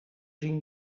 zien